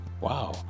wow